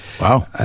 Wow